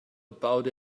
about